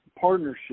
partnership